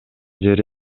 жери